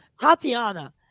Tatiana